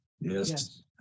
yes